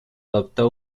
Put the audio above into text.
adoptó